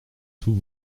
tous